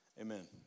amen